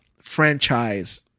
franchise